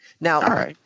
Now